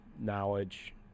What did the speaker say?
knowledge